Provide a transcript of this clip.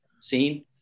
seen